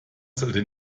sollte